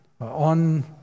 on